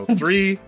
three